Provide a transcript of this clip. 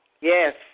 Yes